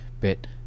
bit